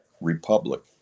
Republic